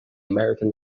american